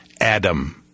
Adam